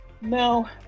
No